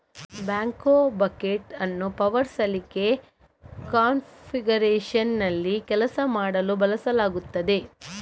backhoe bucket ಅನ್ನು power ಸಲಿಕೆ ಕಾನ್ಫಿಗರೇಶನ್ನಲ್ಲಿ ಕೆಲಸ ಮಾಡಲು ಬಳಸಲಾಗುತ್ತದೆ